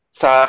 sa